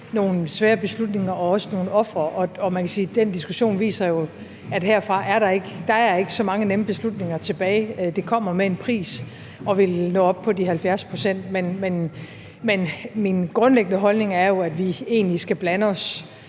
nogle svære beslutninger og også nogle ofre. Og man kan sige, at den diskussion jo viser, at der herfra ikke er så mange nemme beslutninger tilbage. Det kommer med en pris at ville nå op på de 70 pct., men min grundlæggende holdning er jo, at vi egentlig skal blande os